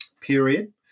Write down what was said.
period